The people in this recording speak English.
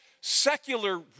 secular